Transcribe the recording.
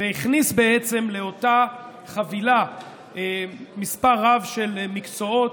והכניס בעצם לאותה חבילה מספר רב של מקצועות,